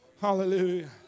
hallelujah